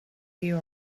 you